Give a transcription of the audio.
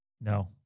No